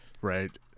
right